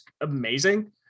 amazing